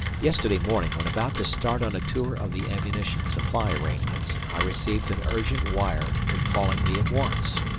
yesterday morning, when about to start on a tour of the ammunition supply arrangements, i received an urgent wire recalling me at once!